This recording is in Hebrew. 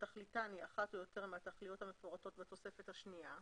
שתכליתן היא אחת או יותר מהתכליות המפורטות בתוספת השנייה,